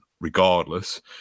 regardless